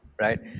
right